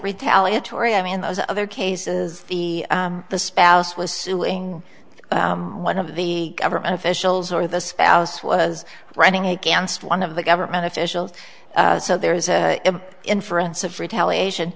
retaliatory i mean those other cases the the spouse was suing one of the government officials or the spouse was running against one of the government officials so there is an inference of retaliation